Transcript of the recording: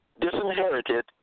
disinherited